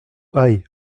aïe